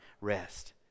rest